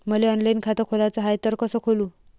मले ऑनलाईन खातं खोलाचं हाय तर कस खोलू?